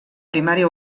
primària